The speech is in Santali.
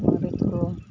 ᱢᱟᱹᱨᱤᱪᱠᱚ